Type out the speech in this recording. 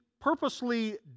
purposely